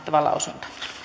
tavalla